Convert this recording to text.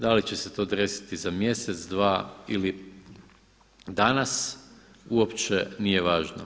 Da li će se to desiti za mjesec, dva ili danas uopće nije važno.